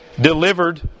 delivered